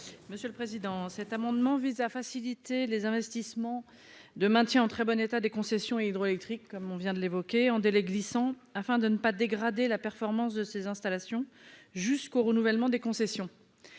Monsieur le président, cet amendement vise à faciliter les investissements de maintien en très bonne état des concessions hydroélectriques comme on vient de l'évoquer en délais glissants, afin de ne pas dégrader la performance de ses installations jusqu'au renouvellement des concessions,